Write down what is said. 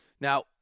Now